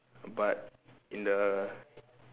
but in the